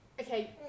okay